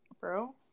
bro